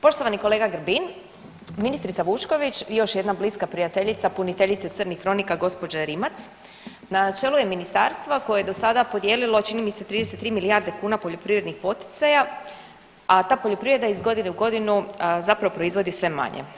Poštovani kolega Grbin, ministrica Vučković i još jedna bliska prijateljica puniteljica crnih kronika gospođa Rimac na čelu je ministarstva koje je do sada podijelilo čini mi se 33 milijarde kuna poljoprivrednih poticaja, a ta poljoprivreda iz godine u godinu zapravo proizvodi sve manje.